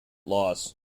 loss